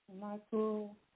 Michael